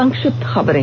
संक्षिप्त खबरें